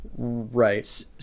Right